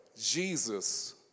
Jesus